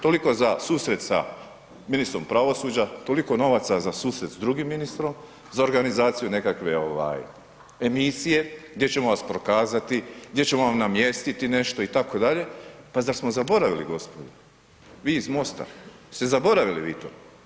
Toliko za susret sa ministrom pravosuđa, toliko novaca za susret s drugim ministrom, za organizaciju nekakve emisije gdje ćemo vas prokazati, gdje ćemo vam namjestiti nešto itd., pa zar smo zaboravili gospodo, vi iz MOST-a, jeste zaboravili vi to?